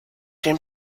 den